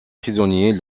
prisonniers